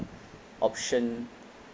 option